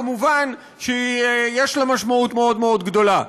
מובן שיש לה משמעות מאוד מאוד גדולה.